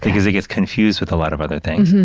because it gets confused with a lot of other things.